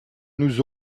nous